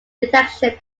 detection